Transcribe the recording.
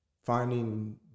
Finding